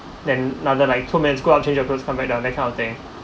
then another like two minutes go out change your clothes come back down that kind of thing